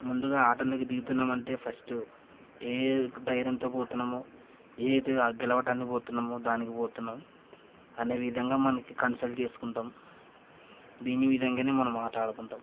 ముందుగా ఆటలోకి దిగుతున్నామంటే ఫస్టు ఏ ధైర్యంతో పోతున్నామో ఏ గెలవటానికి పోతున్నామో దానికి పోతున్నాం అనే విధంగా మనకి కన్సల్ట్ చేసుకుంటాం దీని విధంగానే మనం ఆటాడుకుంటాం